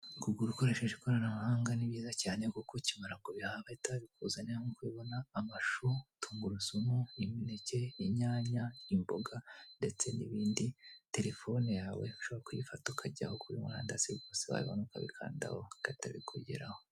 Kugura ukoresheje ikoranabuhanga ni byiza cyane, kuko ukimara kubihaha bahita babikuzanira, nk'uko ubibona: amashu, tungurusumu, imineke, inyanya, imboga, ndetse n'ibindi, telefone yawe ushobora kuyifata tukajya kuri murandasi maze wabibona ukabikandaho bigahita hokugeraho.